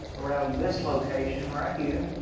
around this location right here,